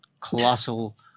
colossal